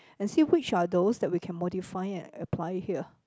and see which are those that we can modify and apply it here